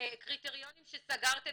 קריטריונים שסגרתם